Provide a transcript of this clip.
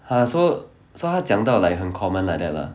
!huh! so so 他讲到 like 很 common like that lah